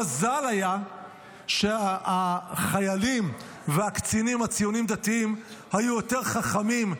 המזל היה שהחיילים והקצינים הציונים-דתיים היו יותר חכמים,